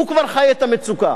הוא כבר חי את המצוקה.